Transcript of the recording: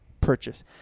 purchase